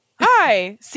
Hi